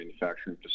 manufacturing